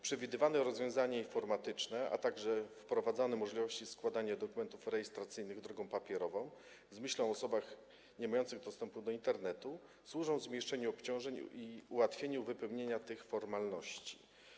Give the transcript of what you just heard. Przewidywane rozwiązania informatyczne, a także wprowadzane możliwości składania dokumentów rejestracyjnych drogą papierową, z myślą o osobach niemających dostępu do Internetu, służą zmniejszeniu obciążeń i ułatwieniu wypełnienia tych formalności.